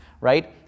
right